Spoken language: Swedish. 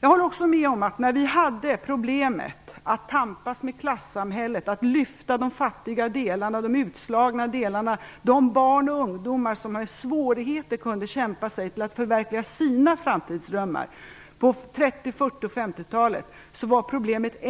Jag håller också med om att när vi hade problemet att tampas med klassamhället, att lyfta de fattiga delarna, de utslagna delarna, och de barn och ungdomar som med svårigheter kunde kämpa sig till att förverkliga sina framtidsdrömmar på 30-, 40 och 50-talet var problemet